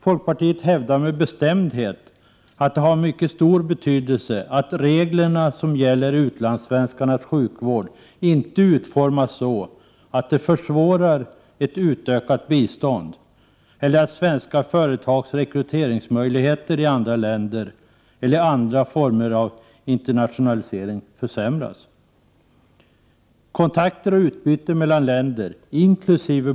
Folkpartiet hävdar med bestämdhet att det har mycket stor betydelse att reglerna för utlandssvenskarnas sjukvård inte utformas så att de försvårar ett utökat bistånd, svenska företags rekryteringsmöjligheter i andra länder eller andra former av internationalisering. Kontakter och utbyten mellan länder inkl.